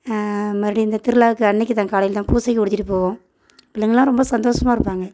மறுபடி இந்த திருவிழாக்கு அன்றைக்கு தான் காலையில் தான் பூஜைக்கு உடுத்திகிட்டு போவோம் பிள்ளைங்கெலாம் ரொம்ப சந்தோஷமா இருப்பாங்க